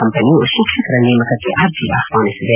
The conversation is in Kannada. ಕಂಪನಿಯು ಶಿಕ್ಷಕರ ನೇಮಕಕ್ಕೆ ಅರ್ಜಿ ಆಹ್ವಾನಿಸಿದೆ